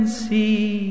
see